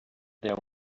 there